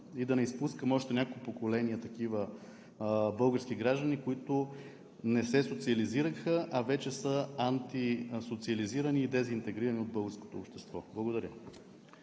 да не изпускаме още няколко поколения такива български граждани, които не се социализираха, а вече са антисоциализирани и дезинтегрирани от българското общество. Благодаря.